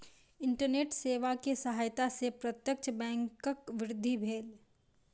internet सेवा के सहायता से प्रत्यक्ष बैंकक वृद्धि भेल